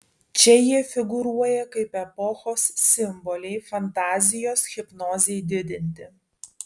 čia jie figūruoja kaip epochos simboliai fantazijos hipnozei didinti